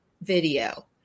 video